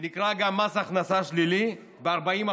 שנקרא גם מס הכנסה שלילי ב-40%.